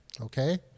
okay